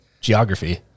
geography